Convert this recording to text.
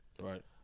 right